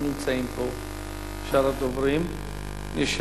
לפי מה שאני רואה ברשימה לא נמצאים פה שאר הדוברים.